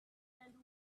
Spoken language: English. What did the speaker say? and